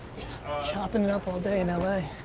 just shopping it up all day in l a.